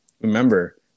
remember